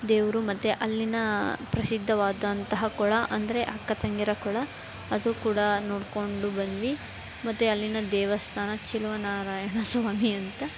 ದೇವರು ಮತ್ತೆ ಅಲ್ಲಿಯ ಪ್ರಸಿದ್ಧವಾದಂತಹ ಕೊಳ ಅಂದರೆ ಅಕ್ಕ ತಂಗಿಯರ ಕೊಳ ಅದು ಕೂಡ ನೋಡಿಕೊಂಡು ಬಂದ್ವಿ ಮತ್ತು ಅಲ್ಲಿನ ದೇವಸ್ಥಾನ ಚೆಲುವ ನಾರಾಯಣ ಸ್ವಾಮಿ ಅಂತ